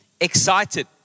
excited